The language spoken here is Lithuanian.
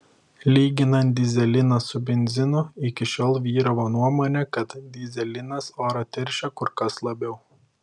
lyginant dyzeliną su benzinu iki šiol vyravo nuomonė kad dyzelinas orą teršia kur kas labiau